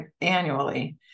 annually